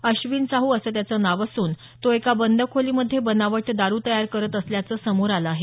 अश्विन साहू असं त्याचं नाव असून तो एका बंद खोलीमध्ये बनावट दारु तयार करत असल्याचं समोर आलं आहे